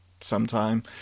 sometime